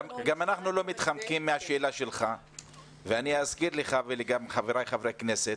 גם אנחנו לא מתחמקים מהשאלה שלך ואני אזכיר לך וגם לחבריי חברי הכנסת